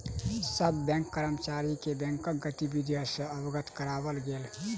सभ बैंक कर्मचारी के बैंकक गतिविधि सॅ अवगत कराओल गेल